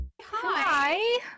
Hi